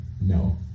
no